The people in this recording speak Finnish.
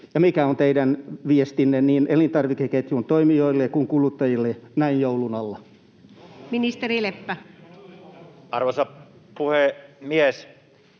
mikä on teidän viestinne niin elintarvikeketjun toimijoille kuin kuluttajillekin näin joulun alla? Arvoisa puhemies!